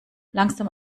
langsam